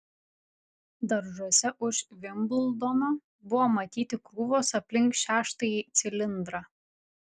daržuose už vimbldono buvo matyti krūvos aplink šeštąjį cilindrą